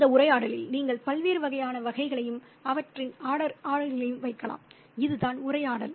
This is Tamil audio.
அந்த உரையாடலில் நீங்கள் பல்வேறு வகையான வகைகளையும் அவற்றின் ஆர்டர்களையும் வைக்கலாம் இதுதான் உரையாடல்